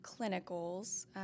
clinicals